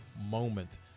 moment